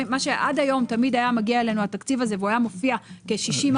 כמה זה בכסף עבור ירושלים, השינוי?